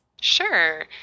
Sure